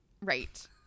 Right